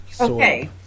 Okay